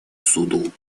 суду